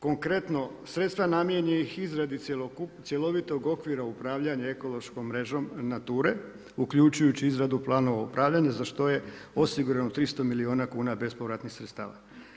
Konkretno sredstva namijenjena izradi cjelovitog okvira upravljanja ekološkom mrežom NATURA-e uključujući i izradu Plana upravljanja za što je osigurano 300 milijuna kuna bespovratnih sredstava.